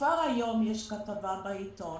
כבר היום יש כתבה בעיתון.